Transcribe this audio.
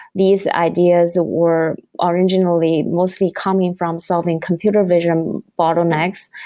these ideas were ah originally mostly coming from solving computer vision bottlenecks.